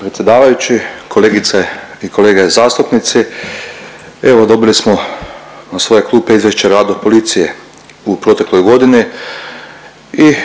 predsjedavajući, kolegice i kolege zastupnici. Evo dobili smo u svoje klupe Izvješće od radu policije u protekloj godini i